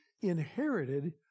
inherited